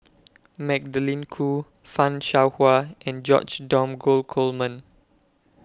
Magdalene Khoo fan Shao Hua and George Dromgold Coleman